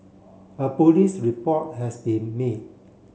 a police report has been made